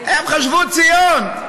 הם חשבו: ציון.